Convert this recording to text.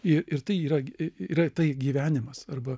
ir tai yra yra tai gyvenimas arba